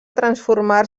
transformar